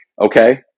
okay